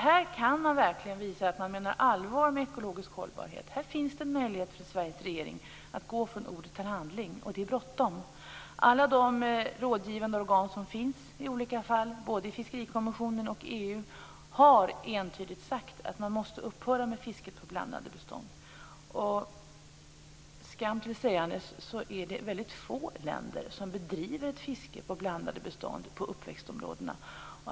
Här kan man verkligen visa att man menar allvar med ekologisk hållbarhet. Här finns det möjlighet för Sveriges regering att gå från ord till handling, och det är bråttom. Alla de rådgivande organ som finns både i Fiskerikommissionen och i EU har entydigt sagt att man måste upphöra med fisket på blandade bestånd. Skam till sägandes är det väldigt få länder som bedriver ett fiske på blandade bestånd på uppväxtområdena.